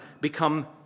become